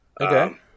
Okay